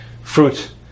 fruit